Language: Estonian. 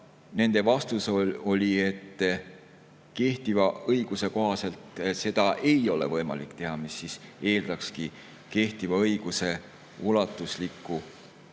nende vastus oli, et kehtiva õiguse kohaselt ei ole seda võimalik teha, see eeldaks kehtiva õiguse ulatuslikku